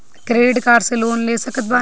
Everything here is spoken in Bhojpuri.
क्रेडिट कार्ड से लोन ले सकत बानी?